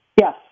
Yes